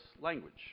language